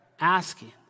asking